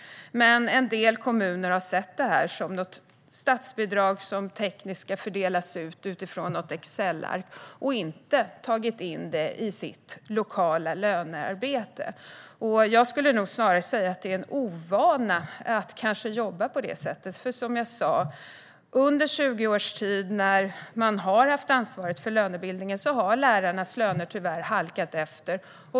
Men en del kommuner har sett detta som ett statsbidrag som tekniskt ska fördelas ut utifrån något Excelark och har inte tagit in det i sitt lokala lönearbete. Jag skulle snarare säga att det handlar om en ovana att jobba på det sättet. Under 20 års tid, när man har haft ansvar för lönebildningen, har lärarnas löner tyvärr halkat efter.